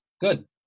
Good